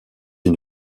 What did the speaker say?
une